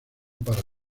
para